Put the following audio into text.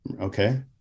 okay